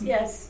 Yes